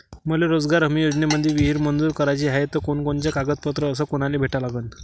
मले रोजगार हमी योजनेमंदी विहीर मंजूर कराची हाये त कोनकोनते कागदपत्र अस कोनाले भेटा लागन?